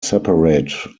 separate